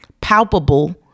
palpable